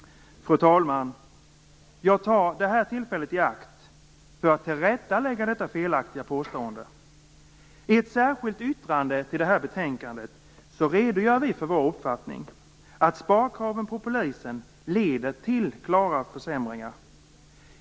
Fru talman! Jag tar detta tillfälle i akt att tillrättalägga detta felaktiga påstående. I ett särskilt yttrande till detta betänkande redogör vi för vår uppfattning att sparkraven på polisen leder till klara försämringar.